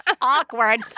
Awkward